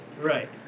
Right